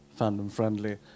fandom-friendly